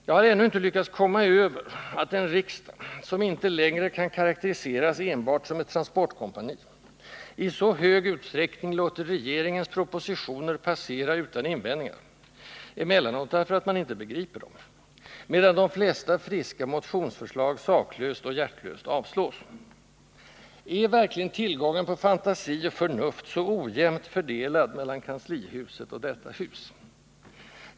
Jag har ännu inte lyckats komma över att en riksdag, som inte längre kan karakteriseras enbart som ett transportkompani, i så hög utsträckning låter regeringens propositioner passera utan invändningar — emellanåt därför att man inte begriper dem — medan de flesta friska motionsförslag saklöst och hjärtlöst avslås. Är verkligen tillgången på fantasi och förnuft så ojämnt fördelad mellan kanslihuset och detta hus?